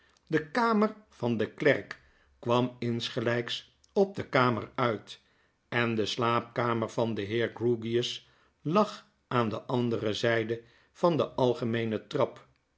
de kamer van den klerk kwam insgelyks op de kamer uit en de slaapkamer van den heer grewgious lag aan de andere zyde van de algemeene trap